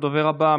הדובר הבא,